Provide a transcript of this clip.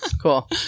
cool